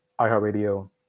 iHeartRadio